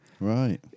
Right